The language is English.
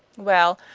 well,